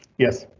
yes,